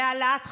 להעלאת חסמים.